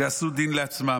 שעשו דין לעצמם.